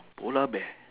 polar bear